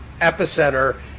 Epicenter